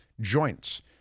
joints